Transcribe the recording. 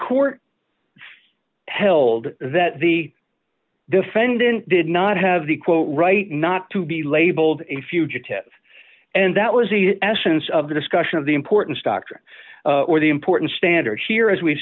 court held that the defendant did not have the quote right not to be labeled a fugitive and that was the essence of the discussion of the importance doctrine or the important standard here as we